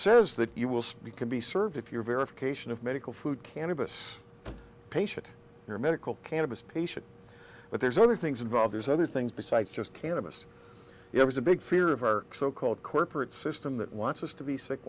says that you will speak can be served if you're verification of medical food cannabis patient or medical cannabis patient but there's other things involved there's other things besides just cannabis it was a big fear of our so called corporate system that wants us to be sick